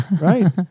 Right